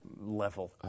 level